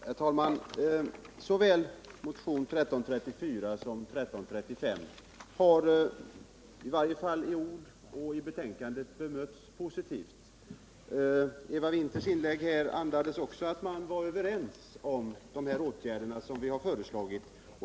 Herr talman! Såväl motionen 1334 som motionen 1335 har i varje fall i ord bemötts mycket positivt i betänkandet. Eva Winthers inlägg tydde också på att man är överens om de åtgärder vi föreslagit.